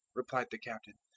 replied the captain,